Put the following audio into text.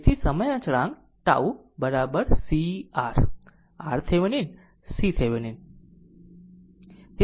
તેથી સમય અચળાંક tau CR RThevenin C RThevenin